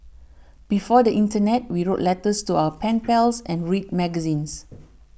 before the internet we wrote letters to our pen pals and read magazines